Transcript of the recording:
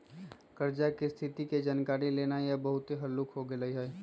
कर्जा की स्थिति के जानकारी लेनाइ अब बहुते हल्लूक हो गेल हइ